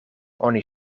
oni